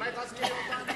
אולי תזכירי אותם.